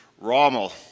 Rommel